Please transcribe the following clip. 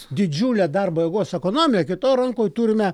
didžiulę darbo jėgos ekonomiją kitoje rankoje turime